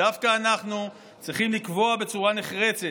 דווקא אנחנו צריכים לקבוע בצורה נחרצת